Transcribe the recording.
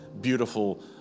beautiful